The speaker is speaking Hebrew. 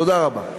תודה רבה.